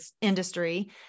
industry